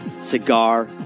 Cigar